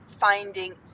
finding